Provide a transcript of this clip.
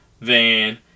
Van